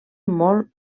molt